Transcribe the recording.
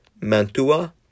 Mantua